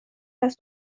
است